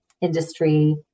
industry